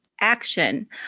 action